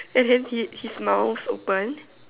as in he his mouth open